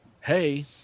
hey